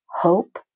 hope